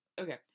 okay